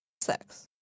sex